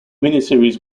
miniseries